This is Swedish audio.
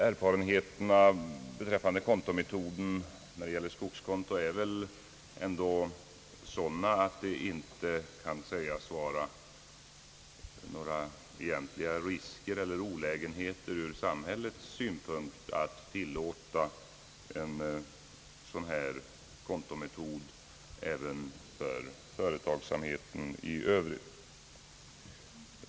Erfarenheterna av kontometoden när det gäller skogskonto är ändå sådana, att det inte kan sägas vara några egentliga risker eller olägenheter ur samhällets synpunkt att tillåta en sådan metod även för företagsamheten i Öövrigt.